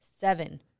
Seven